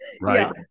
Right